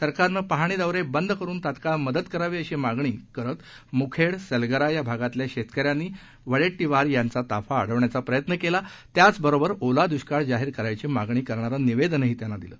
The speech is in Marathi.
सरकारनं पाहणी दौरे बंद करून तात्काळ मदत करावी अशी मागणी करत मुखेड सलगरा या भागातल्या शेतकऱ्यांनी वडेट्टीवार यांचा ताफा अडवण्याचा प्रयत्न केला त्याचबरोबर ओला द्ष्काळ जाहीर करण्याची मागणी करणारं निवेदनही दिलं